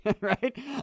Right